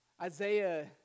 Isaiah